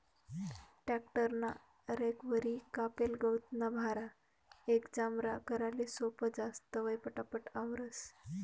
tractor ना recovery कापेल गवतना भारा एकमजार कराले सोपं जास, तवंय पटापट आवरावंस